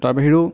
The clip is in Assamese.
তাৰ বাহিৰেও